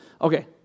Okay